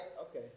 okay